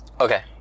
Okay